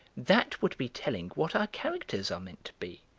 that would be telling what our characters are meant to be,